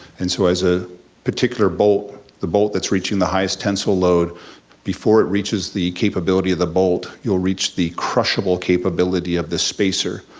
and so as a particular bolt, the bolt that's reaching the highest tensile load before it reaches the capability of the bolt, it'll reach the crushable capability of the spacer,